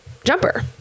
Jumper